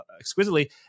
exquisitely